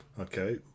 Okay